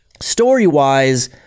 Story-wise